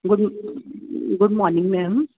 good good morning madam